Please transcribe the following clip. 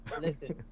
Listen